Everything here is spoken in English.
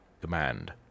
Command